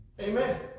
Amen